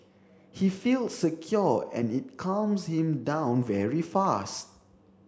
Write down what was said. he feels secure and it calms him down very fast